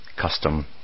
custom